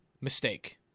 mistake